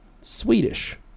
Swedish